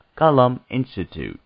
kalaminstitute